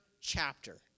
chapter